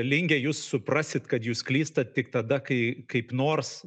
linge jūs suprasit kad jūs klystat tik tada kai kaip nors